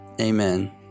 amen